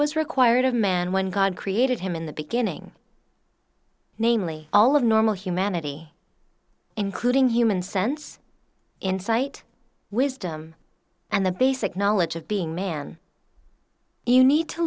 was required of man when god created him in the beginning namely all of normal humanity including human sense insight wisdom and the basic knowledge of being man you need to